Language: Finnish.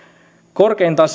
korkeintaan